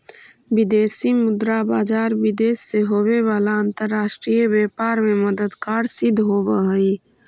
विदेशी मुद्रा बाजार विदेश से होवे वाला अंतरराष्ट्रीय व्यापार में मददगार सिद्ध होवऽ हइ